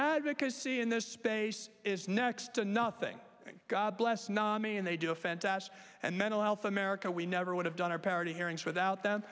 advocacy in this space is next to nothing god bless nami and they do a fantastic and mental health america we never would have done our parity hearings without them